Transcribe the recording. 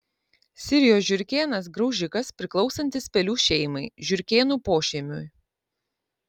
sirijos žiurkėnas graužikas priklausantis pelių šeimai žiurkėnų pošeimiui